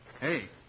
Hey